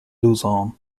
luzon